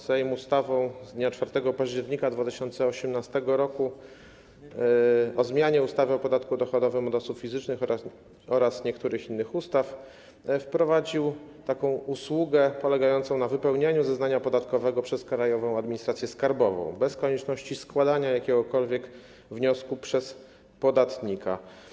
Sejm ustawą z dnia 4 października 2018 r. o zmianie ustawy o podatku dochodowym od osób fizycznych oraz niektórych innych ustaw wprowadził usługę polegającą na wypełnianiu zeznania podatkowego przez Krajową Administrację Skarbową bez konieczności składania jakiegokolwiek wniosku przez podatnika.